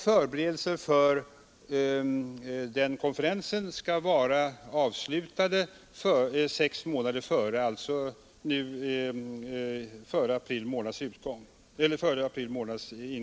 Förberedelser till den konferensen skall vara avslutade sex månader i förväg, dvs. före början av april månad.